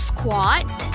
Squat